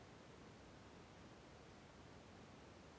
ಸಾಲ ತಗೊಂಡು ಮೇಲೆ ತೇರಿಸಲು ಕಾಲಾವಧಿ ಎಷ್ಟು?